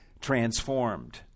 transformed